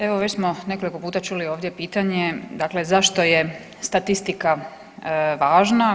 Evo već smo nekoliko puta čuli ovdje pitanje, dakle zašto je statistika važna.